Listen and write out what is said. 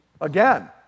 Again